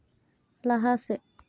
ᱞᱟᱦᱟ ᱥᱮᱫ